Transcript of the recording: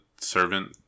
servant